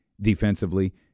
defensively